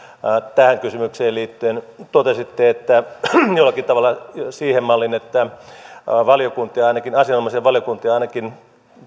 tähän kysymykseen liittyen totesitte jollakin tavalla siihen malliin että asianomaisia valiokuntia ainakin